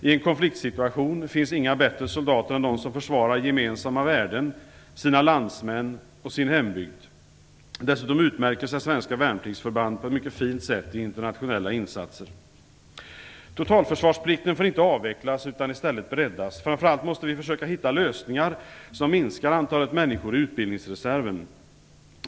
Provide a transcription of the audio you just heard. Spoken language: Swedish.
I en konfliktsituation finns inga bättre soldater än de som försvarar gemensamma värden, sina landsmän och sin hembygd. Dessutom utmärker sig svenska värnpliktsförband på ett fint sätt i internationella insatser. Totalförsvarsplikten får inte avvecklas, den måste i stället breddas. Framför allt måste vi försöka hitta lösningar som minskar antalet människor i utbildningsreserven.